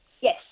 Yes